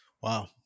Wow